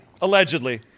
Allegedly